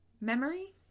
memory